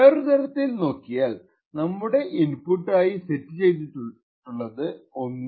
വേറൊരുതരത്തിൽ നോക്കിയാൽ നമ്മുടെ ഇൻപുട്ട് 1 ആയി സെറ്റ് ചെയ്തിട്ടുണ്ട്